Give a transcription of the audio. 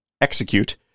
execute